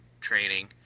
training